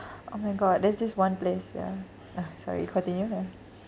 oh my god there's this one place ya ah sorry continue yeah